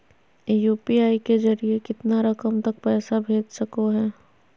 UPI के जरिए कितना रकम तक पैसा भेज सको है?